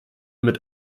mit